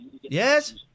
Yes